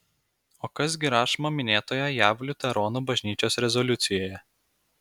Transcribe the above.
o kas gi rašoma minėtoje jav liuteronų bažnyčios rezoliucijoje